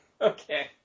Okay